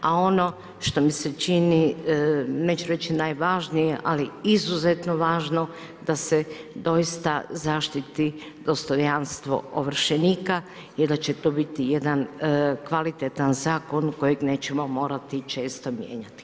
A ono što mi se čini neću reći najvažnije, ali izuzetno važno da se doista zaštiti dostojanstvo ovršenika i da će to biti jedan kvalitetan zakon kojeg nećemo morati često mijenjati.